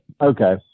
Okay